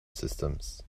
systems